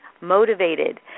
motivated